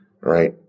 Right